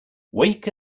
wake